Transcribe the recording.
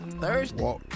Thursday